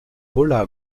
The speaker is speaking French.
paula